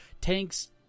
tanks